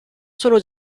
sono